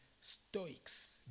stoics